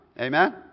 Amen